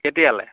কেতিয়ালৈ